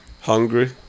Hungry